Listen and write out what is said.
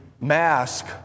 mask